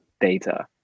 data